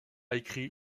écrit